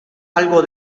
algo